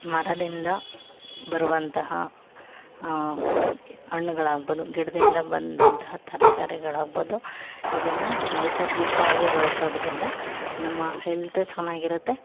ಮರದಿಂದ ಬರುವಂತಹ ಹಣ್ಣುಗಳಾಗ್ಬೋದು ಗಿಡದಿಂದ ಬಂದಂತಹ ತರಕಾರಿಗಳಾಗ್ಬೋದು ಇದನ್ನು ನೈಸರ್ಗಿಕವಾಗಿ ಬಳಸೋದರಿಂದ ನಮ್ಮ ಹೆಲ್ತ್ ಚೆನ್ನಾಗಿರುತ್ತೆ